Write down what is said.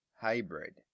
Hybrid